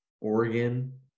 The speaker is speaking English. Oregon